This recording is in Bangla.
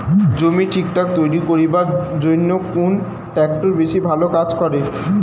জমি ঠিকঠাক তৈরি করিবার জইন্যে কুন ট্রাক্টর বেশি ভালো কাজ করে?